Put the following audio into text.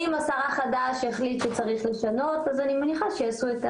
אם השר החדש יחליט שצריך לשנות אז אני מניחה שיעשו את